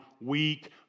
weak